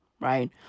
right